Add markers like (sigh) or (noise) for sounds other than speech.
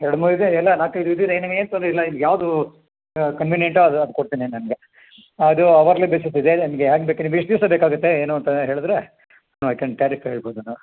ಎರಡು ಮೂರು ಇದೆ ಎಲ್ಲ ನಾಲ್ಕೈದು ವಿದುರೆ ಏನು ನಿಮ್ಗ ಏನು ತೊಂದರೆ ಇಲ್ಲ ನಿಮ್ಗ ಯಾವುದೂ ಕನ್ವಿನಿಯಂಟ್ ಆದ ಅದು ಕೊಡ್ತೀನಿ ನನಗೆ ಅದು ಅವಾಗಲೆ ಬೆಸುತಿದೆ (unintelligible) ನಿಮ್ಗ ಎಷ್ಟು ದಿವಸ ಬೇಕಾಗತ್ತೆ ಏನು ಅಂತೆಲ್ಲ ಹೇಳದರೆ (unintelligible) ಐ ಕ್ಯಾನ್ (unintelligible) ಹೇಳ್ಬೋದೇನೋ